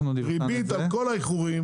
תביעה לריבית על כל האיחורים.